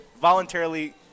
voluntarily